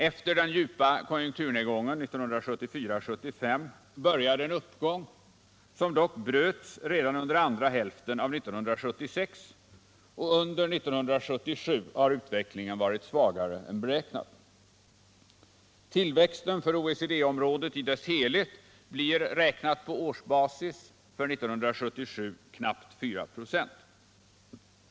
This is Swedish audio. Efter den djupa konjunkturnedgången 1974/75 började en uppgång som dock bröts redan under andra hälften av 1976, och under 1977 har utvecklingen varit svagare än beräknat. Tillväxten för OECD-området i dess helhet blir räknat på årsbasis för 1977 knappt 4 96.